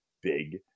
big